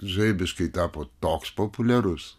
žaibiškai tapo toks populiarus